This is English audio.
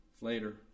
Later